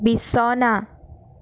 বিছনা